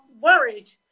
worried